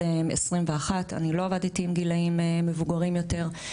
21. אני לא עבדתי עם גילאים מבוגרים יותר.